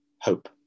Hope